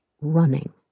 running